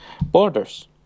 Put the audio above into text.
borders